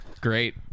Great